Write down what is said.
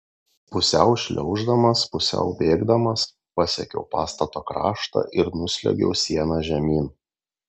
pusiau šliauždamas pusiau bėgdamas pasiekiau pastato kraštą ir nusliuogiau siena žemyn